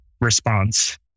response